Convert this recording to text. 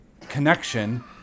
connection